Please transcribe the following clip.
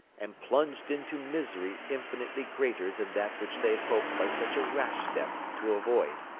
and plunged into misery infinitely greater than that which they hoped by such a rash step to avoid,